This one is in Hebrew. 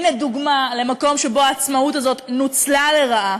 הנה דוגמה למקום שבו העצמאות הזאת נוצלה לרעה,